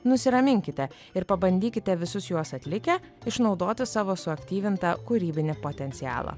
nusiraminkite ir pabandykite visus juos atlikę išnaudoti savo suaktyvintą kūrybinį potencialą